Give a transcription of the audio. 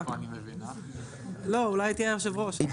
אז אני אומרת,